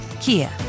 Kia